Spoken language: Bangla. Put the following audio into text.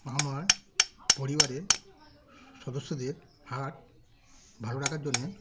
আমার পরিবারের সদস্যদের হার্ট ভালো রাখার জন্যে